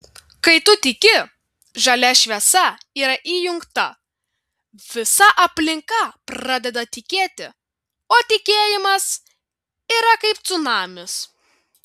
kai tu tiki žalia šviesa yra įjungta visa aplinka pradeda tikėti o tikėjimas yra kaip cunamis